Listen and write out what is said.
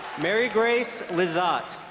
marygrace lizotte